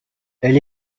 elle